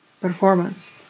performance